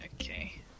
Okay